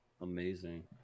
Amazing